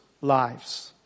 lives